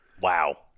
Wow